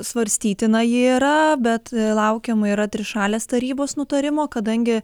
svarstytina ji yra bet laukiama yra trišalės tarybos nutarimo kadangi